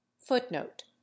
footnote